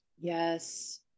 Yes